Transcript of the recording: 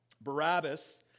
Barabbas